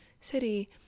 city